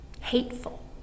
hateful